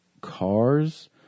cars